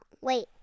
Wait